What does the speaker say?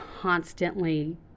constantly